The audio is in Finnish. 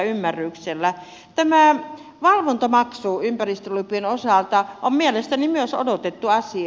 tämä valvontamaksu ympäristölupien osalta on mielestäni myös odotettu asia